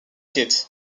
keith